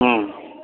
ہوں